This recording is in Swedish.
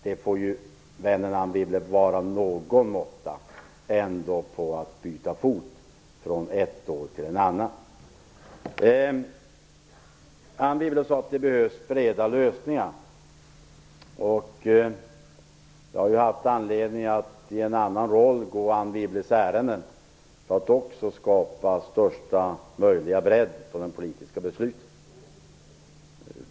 Det får ju, vännen Anne Wibble vara någon måtta på att byta fot från ett år till ett annat. Anne Wibble sade att det behövs breda lösningar. Jag har haft anledning att i en annan roll gå också Anne Wibbles ärenden för att skapa största möjliga bredd på de politiska besluten.